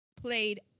played